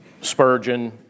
Spurgeon